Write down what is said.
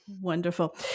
Wonderful